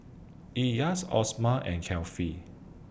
Elyas Osman and Kefli